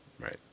Right